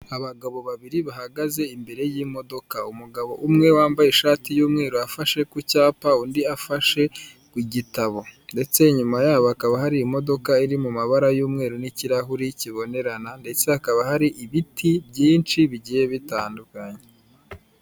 Abagabo babiri bahagaze imbere y'imodoka, umugabo umwe wambaye ishati y'umweru afashe ku cyapa, undi afashe ku gitabo ndetse inyuma yabo hakaba hari imodoka iri mu mabara y'umweru n'ikirahuri kibonerana ndetse hakaba hari ibiti byinshi bigiye bitandukanye.